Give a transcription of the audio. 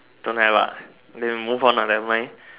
don't have ah then move on lah never mind